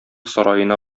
сараена